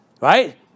right